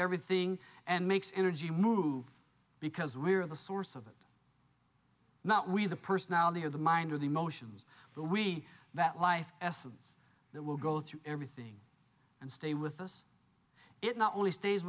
everything and makes energy move because we are the source of it not we the personality of the mind with emotions we that life essence that will go through everything and stay with us it not only stays